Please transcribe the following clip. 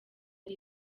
ari